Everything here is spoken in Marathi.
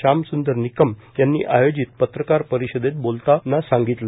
श्यामसंदर निकम यांनी आयोजित पत्रकार परिषदेत बोलताना सांगितलं